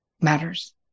matters